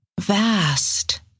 vast